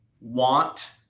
want